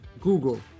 Google